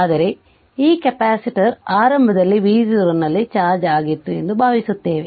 ಆದರೆ ಈ ಕೆಪಾಸಿಟರ್ ಆರಂಭದಲ್ಲಿ v0 ನಲ್ಲಿ ಚಾರ್ಜ್ ಆಗಿತ್ತು ಎಂದು ಭಾವಿಸುತ್ತೇವೆ